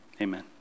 Amen